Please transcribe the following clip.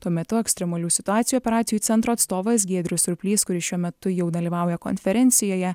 tuo metu ekstremalių situacijų operacijų centro atstovas giedrius surplys kuris šiuo metu jau dalyvauja konferencijoje